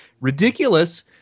ridiculous